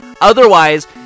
Otherwise